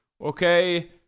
okay